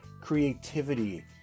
creativity